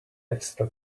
extra